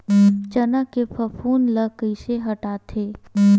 चना के फफूंद ल कइसे हटाथे?